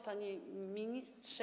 Panie Ministrze!